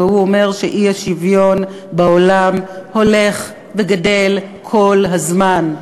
והוא אומר שהאי-שוויון בעולם הולך וגדל כל הזמן,